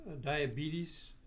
diabetes